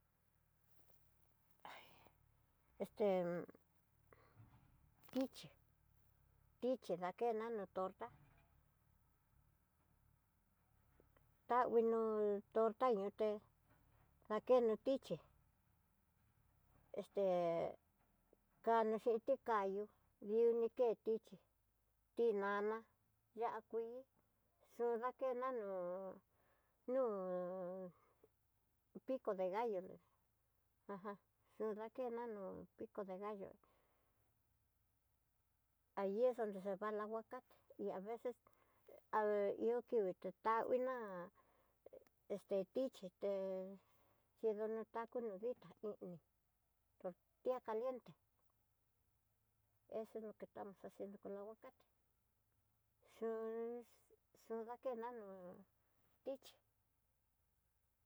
Hay esté tichi, tichi dakena no torta ta hú no torta ñuté dake no tiché este kano xhiti kayú vionike tichí, tinana ya'á kuii xunakena nó no pico de gallo ajan xulakena nó piko de gallo ahi es donde se va el aguacate y aveces ha ihó kuitó da una este tiché té chido no taco no ditá ini tortilla caliente eso es lo que estamos haciendo con el aguacate xiu xiudakeno no tichí.